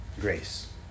grace